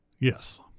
Yes